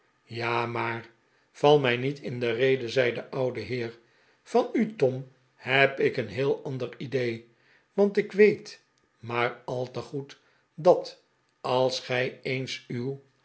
ja maar val mij niet in de rede zei de oude heer van u tom heb ik een heel ander idee j want ik weet maar al te goed dat als gij eens uw